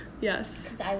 yes